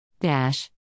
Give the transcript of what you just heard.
Dash